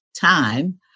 time